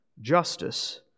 justice